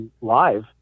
live